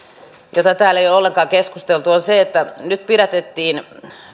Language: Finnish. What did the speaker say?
josta täällä ei ole ollenkaan keskusteltu eli siitä että nyt pidätettiin